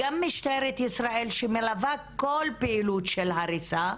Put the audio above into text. גם משטרת ישראל שמלווה כל פעילות של הריסה,